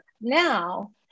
now